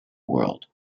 world